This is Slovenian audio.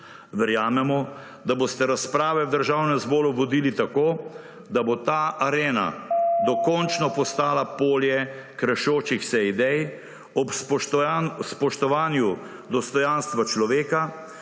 verjamemo, da boste razprave v Državnem zboru vodili tako, da bo ta arena dokončno postala polje krešočih se idej ob spoštovanju dostojanstva človeka